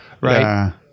right